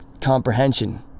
comprehension